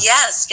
Yes